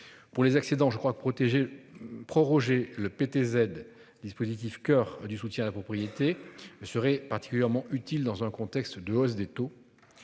Pour les accidents, je crois que protéger. Proroger le PTZ, dispositif coeur du soutien à la propriété. Serait particulièrement utile dans un contexte de hausse des taux.